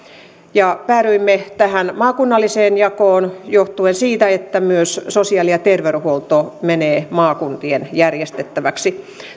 päädyimme tähän maakunnalliseen jakoon johtuen siitä että myös sosiaali ja terveydenhuolto menee maakuntien järjestettäväksi